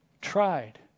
tried